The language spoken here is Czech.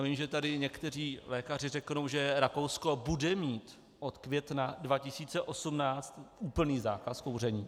Vím, že tady někteří lékaři řeknou, že Rakousko bude mít od května 2018 úplný zákaz kouření.